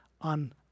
on